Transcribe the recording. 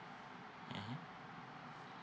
mmhmm